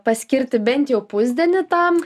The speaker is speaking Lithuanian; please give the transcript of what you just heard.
paskirti bent jau pusdienį tam